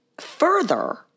Further